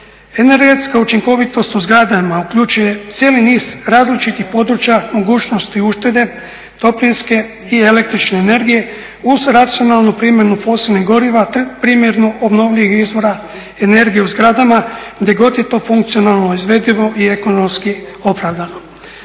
Energetska učinkovitost u zgradama uključuje cijeli niz različitih područja, mogućnosti uštede toplinske i električne energije uz racionalnu primjenu fosilnih goriva, te primjenu obnovljivih izvora energije u zgradama gdje je to funkcionalno izvedivo i ekonomski opravdano.